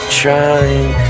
trying